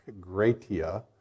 gratia